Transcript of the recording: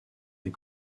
des